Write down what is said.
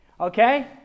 Okay